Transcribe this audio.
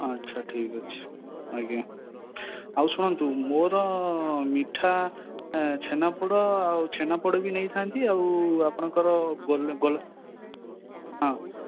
ଆଚ୍ଛା ଠିକ୍ ଅଛି ଆଜ୍ଞା ଆଉ ଶୁଣନ୍ତୁ ମୋର ମିଠା ଛେନାପୋଡ଼ ଆଉ ଛେନାପୋଡ଼ ବି ନେଇଥାନ୍ତି ଆଉ ଆପଣଙ୍କର ଗୋଲା ଗୋଲା ହଁ